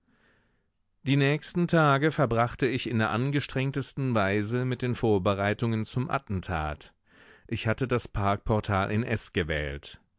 die nächsten tage verbrachte ich in der angestrengtesten weise mit den vorbereitungen zum attentat ich hatte das parkportal in s gewählt